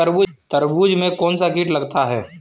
तरबूज में कौनसा कीट लगता है?